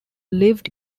lived